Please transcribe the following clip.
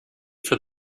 for